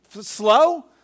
slow